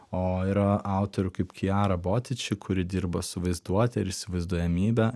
o yra autorių kaip kiara botiči kuri dirba su vaizduote ir įsivaizduojamybe